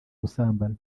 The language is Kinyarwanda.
gusambana